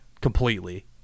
completely